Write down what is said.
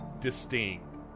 distinct